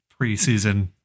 preseason